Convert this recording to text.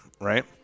Right